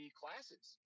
classes